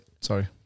Sorry